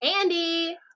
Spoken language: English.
Andy